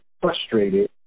frustrated